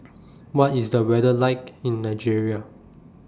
What IS The weather like in Nigeria